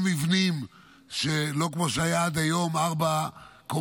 גם מבנים לא כמו שהיה עד היום, ארבע קומות,